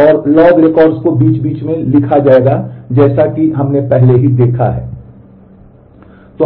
और log records को बीच बीच में लिखा जाएगा जैसा कि हमने पहले ही देखा है